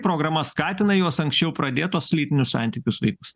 programa skatina juos anksčiau pradėt tuos lytinius santykius vaikus